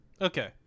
Okay